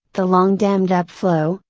the long dammed up flow,